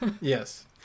yes